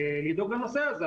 לדאוג לנושא הזה,